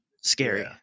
scary